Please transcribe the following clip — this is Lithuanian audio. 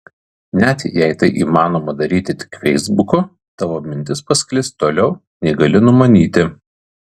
net jei tai įmanoma daryti tik feisbuku tavo mintis pasklis toliau nei gali numanyti